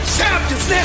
champions